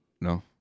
No